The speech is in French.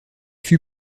fut